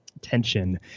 tension